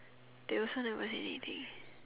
Wilson never say anything